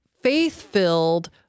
faith-filled